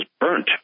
burnt